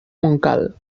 montcal